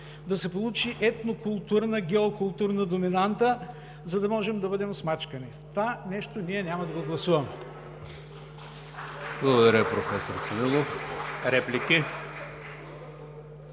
да се получи етнокултурна, геокултурна доминанта, за да можем да бъдем смачкани. Това нещо ние няма да гласуваме.